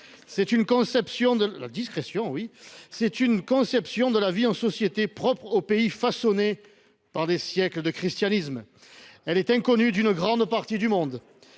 est une conception de la vie en société propre aux pays façonnés par des siècles de christianisme. Ce principe est inconnu d’une grande partie du monde.